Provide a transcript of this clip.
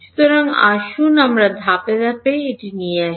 সুতরাং আসুন আমরা ধাপে ধাপে এটি আসা